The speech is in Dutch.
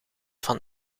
van